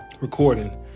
recording